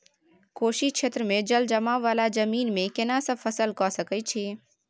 कोशी क्षेत्र मे जलजमाव वाला जमीन मे केना सब फसल के सकय छी?